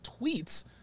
tweets